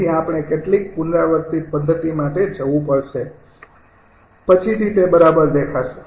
તેથી આપણે કેટલીક પુનરાવર્તિત પદ્ધતિ માટે જવું પડશે પછીથી તે બરાબર દેખાશે